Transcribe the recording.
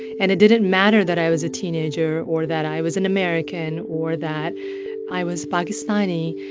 and it didn't matter that i was a teenager or that i was an american or that i was pakistani.